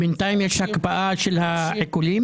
בינתיים יש הקפאה של העיקולים?